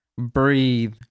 Breathe